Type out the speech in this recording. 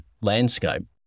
landscape